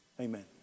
amen